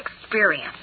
experience